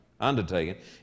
undertaken